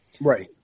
right